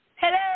Hello